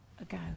ago